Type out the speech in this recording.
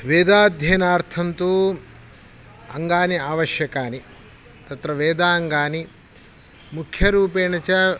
वेदाध्ययनार्थन्तु अङ्गानि आवशयकानि तत्र वेदाङ्गानि मुख्यरूपेण च